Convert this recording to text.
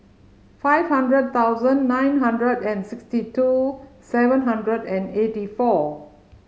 five hundred thousannd nine hundred and sixty two seven hundred and eighty four